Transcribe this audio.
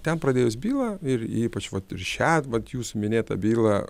ten pradėjus bylą ir ypač vat ir šią vat jūsų minėtą bylą